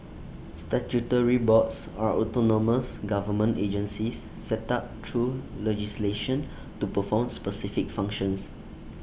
statutory boards are autonomous government agencies set up through legislation to perform specific functions